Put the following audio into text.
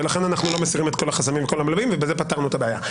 ולכן אנחנו לא מסירים את כל החסמים ואת כל הבלמים ובזה פתרנו את הבעיה.